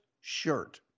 shirt